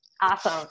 Awesome